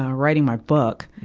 ah writing my book.